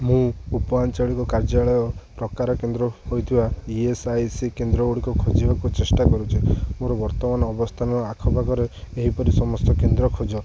ମୁଁ ଉପଆଞ୍ଚଳିକ କାର୍ଯ୍ୟାଳୟ ପ୍ରକାର କେନ୍ଦ୍ର ହେଇଥିବା ଇ ଏସ୍ ଆଇ ସି କେନ୍ଦ୍ରଗୁଡ଼ିକ ଖୋଜିବାକୁ ଚେଷ୍ଟା କରୁଛି ମୋର ବର୍ତ୍ତମାନ ଅବସ୍ଥାନର ଆଖପାଖରେ ଏହିପରି ସମସ୍ତ କେନ୍ଦ୍ର ଖୋଜ